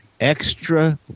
extra